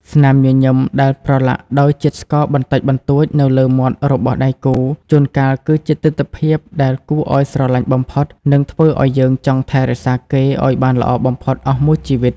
ស្នាមញញឹមដែលប្រឡាក់ដោយជាតិស្ករបន្តិចបន្តួចនៅលើមាត់របស់ដៃគូ ជួនកាលគឺជាទិដ្ឋភាពដែលគួរឱ្យស្រឡាញ់បំផុត និងធ្វើឱ្យយើងចង់ថែរក្សាគេឱ្យបានល្អបំផុតអស់មួយជីវិត។